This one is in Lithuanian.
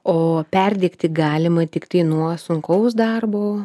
o perdegti galima tiktai nuo sunkaus darbo